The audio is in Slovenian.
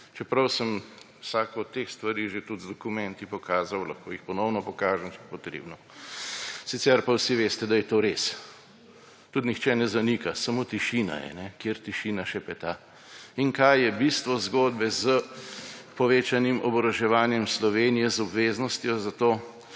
čeprav sem vsako od teh stvari že tudi z dokumenti pokazal, lahko jih ponovno pokažem, če je treba. Sicer pa vsi veste, da je to res. Tudi nihče ne zanika, samo tišina je – Kjer tišina šepeta. In kaj je bistvo zgodbe s povečanim oboroževanjem Slovenije, z obveznostjo za to?